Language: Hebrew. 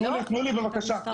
תנו לי, בבקשה.